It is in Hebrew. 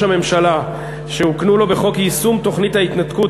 הממשלה שהוקנו לו בחוק יישום תוכנית ההתנתקות,